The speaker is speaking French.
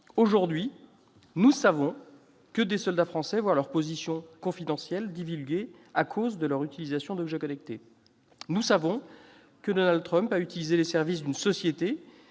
Aujourd'hui, nous savons que des soldats français voient leur position confidentielle divulguée à cause de leur utilisation d'objets connectés ; nous savons que Donald Trump a utilisé les services d'une société